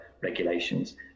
regulations